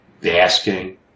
basking